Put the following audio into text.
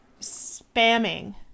spamming